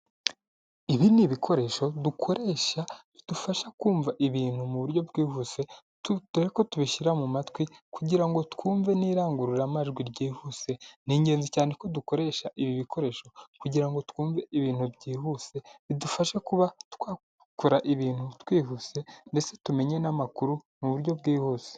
Ibi ni ibikoresho dukoresha, bidufasha kumva ibintu mu buryo bwihuse, dore ko tubishyira matwi kugira ngo twumve n'irangururamajwi ryihuse, ni ingenzi cyane ko dukoresha ibi bikoresho kugira ngo twumve ibintu byihuse, bidufasha kuba twakora ibintu twihuse ndetse tumenye n'amakuru mu buryo bwihuse.